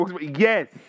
Yes